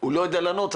לא יודע לענות,